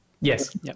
Yes